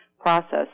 process